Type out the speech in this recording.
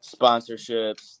sponsorships